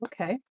Okay